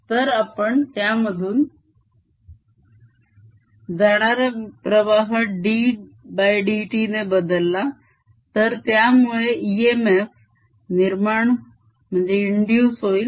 तर आपण त्यामधून जाणारा प्रवाह ddt ने बदलला तर त्यामुळे इएमएफ निर्माण होईल